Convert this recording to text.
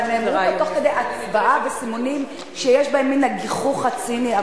אבל נאמרו כאן תוך כדי הצבעה וסימונים שיש בהם מן הגיחוך הציני,